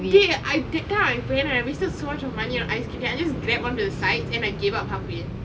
dey I that time I went and I wasted so much of money on ice skating I just grab on to the side and I gave up half way